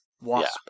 Wasp